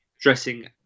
dressing